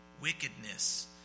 wickedness